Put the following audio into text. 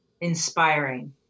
inspiring